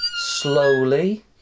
slowly